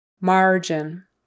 Margin